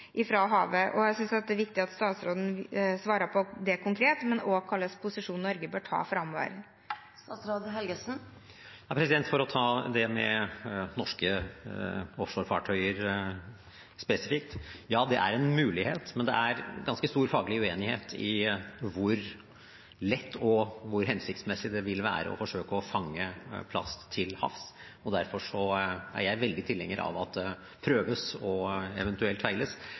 havet? Jeg synes at det er viktig at statsråden svarer på det konkret, men også på hva slags posisjon Norge bør ta framover. For å ta det med norske offshorefartøyer spesifikt: Ja, det er en mulighet, men det er ganske stor faglig uenighet om hvor lett og hvor hensiktsmessig det vil være å forsøke å fange plast til havs. Derfor er jeg veldig tilhenger av at det prøves og eventuelt feiles,